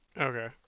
Okay